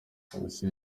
komisiyo